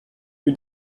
più